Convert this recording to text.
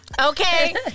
Okay